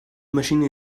maschine